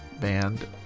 band